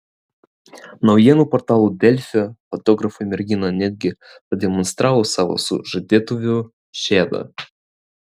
naujienų portalo delfi fotografui mergina netgi pademonstravo savo sužadėtuvių žiedą